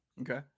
Okay